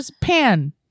Pan